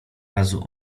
razu